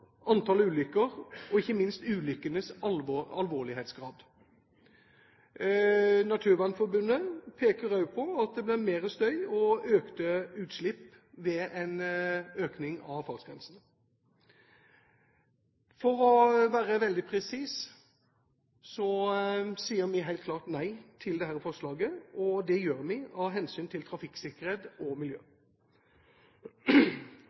antallet ulykker og ikke minst ulykkenes alvorlighetsgrad. Naturvernforbundet peker også på at det blir mer støy og økte utslipp ved en heving av fartsgrensene. For å være veldig presise sier vi helt klart nei til dette forslaget, og det gjør vi av hensyn til trafikksikkerhet og miljø.